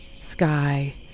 sky